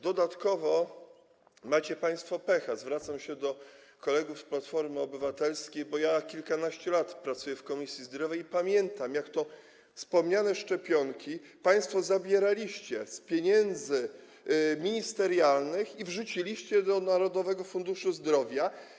Dodatkowo macie państwo pecha - zwracam się do kolegów z Platformy Obywatelskiej - bo ja kilkanaście lat pracuję w Komisji Zdrowia i pamiętam, jak to finansowanie wspomnianych szczepionek państwo zabieraliście z pieniędzy ministerialnych i wrzuciliście do Narodowego Funduszu Zdrowia.